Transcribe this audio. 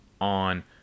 on